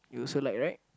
you also like right